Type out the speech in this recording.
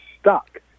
stuck